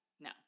No